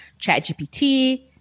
ChatGPT